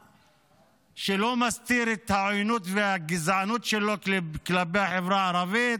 שלא מסתיר את העוינות והגזענות שלו כלפי החברה הערבית,